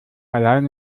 allein